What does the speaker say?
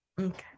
Okay